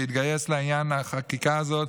שהתגייס לעניין החקיקה הזאת,